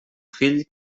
fill